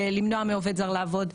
ולמנוע מעובד זר לעבוד.